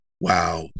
wow